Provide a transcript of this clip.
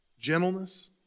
Gentleness